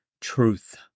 truth